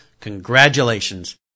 congratulations